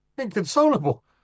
Inconsolable